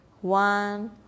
one